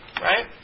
right